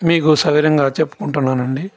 మీకు సవివరంగా చెప్పుకుంటున్నాను అండి